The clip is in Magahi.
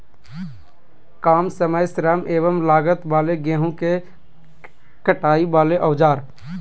काम समय श्रम एवं लागत वाले गेहूं के कटाई वाले औजार?